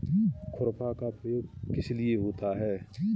खुरपा का प्रयोग किस लिए होता है?